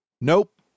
Nope